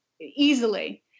easily